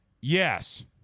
Yes